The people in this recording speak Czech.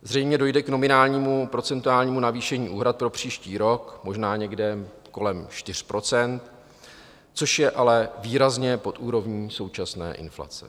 Zřejmě dojde k nominálnímu procentuálnímu navýšení úhrad pro příští rok, možná někde kolem 4 %, což je ale výrazně pod úrovní současné inflace.